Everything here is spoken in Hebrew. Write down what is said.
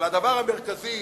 אבל הדבר המרכזי,